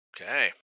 Okay